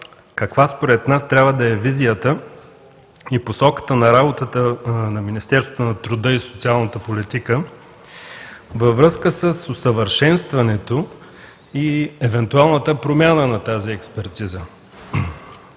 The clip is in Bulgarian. каква според нас трябва да е визията и посоката на работата на Министерството на труда и социалната политика във връзка с усъвършенстването и евентуалната промяна на тази експертиза.